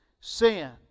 sin